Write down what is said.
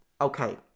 Okay